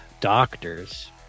doctors